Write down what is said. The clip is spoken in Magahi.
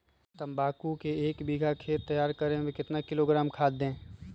तम्बाकू के एक बीघा खेत तैयार करें मे कितना किलोग्राम खाद दे?